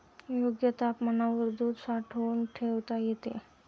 योग्य तापमानावर दूध साठवून ठेवता येते